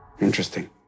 Interesting